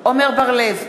עמר בר-לב,